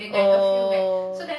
oh